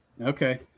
Okay